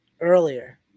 earlier